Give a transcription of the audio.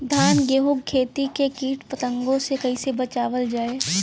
धान गेहूँक खेती के कीट पतंगों से कइसे बचावल जाए?